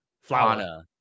Flower